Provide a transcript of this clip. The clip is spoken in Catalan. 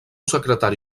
secretari